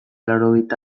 laurogeita